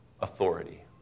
authority